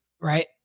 Right